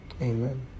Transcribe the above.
Amen